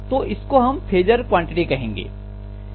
तो इसको हम फेजर क्वांटिटी कहेंगे